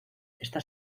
está